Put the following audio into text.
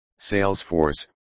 Salesforce